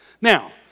Now